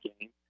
game